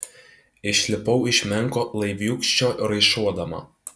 išlipau iš menko laiviūkščio raišuodama